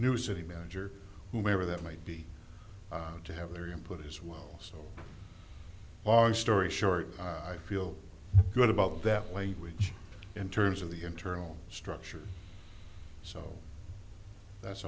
new city manager whoever that might be to have their employees as well so long story short i feel good about that language in terms of the internal structure so that's